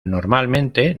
normalmente